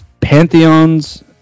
Pantheons